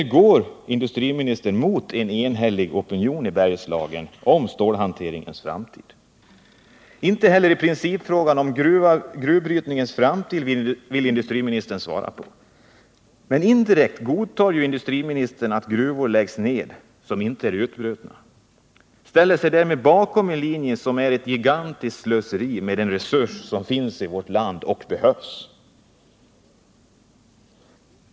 Där går industriministern emot en enhällig opinion i Bergslagen när det gäller stålhanteringens framtid. Inte heller principfrågan om gruvbrytningens framtid vill industriministern svara på. Men indirekt godtar industriministern att man lägger ned gruvor som inte är utbrutna. Han ställer sig därmed bakom en linje som innebär ett gigantiskt slöseri med den resurs som finns i vårt land och som vi behöver utnyttja.